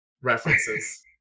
references